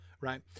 right